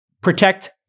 protect